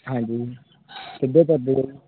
ਹਾਂਜੀ ਕਿੱਧਰ